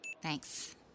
Thanks